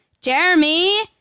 Jeremy